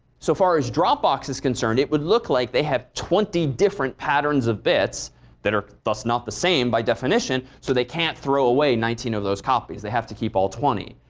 so far as dropbox is concerned, it would look like they have twenty different patterns of bits that are thus not the same by definition so they can't throw away nineteen of those copies. they have to keep all twenty.